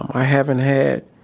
i haven't had